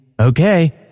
okay